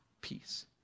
peace